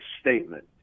statement